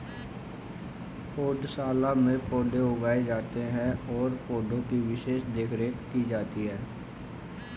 पौधशाला में पौधे उगाए जाते हैं और पौधे की विशेष देखरेख की जाती है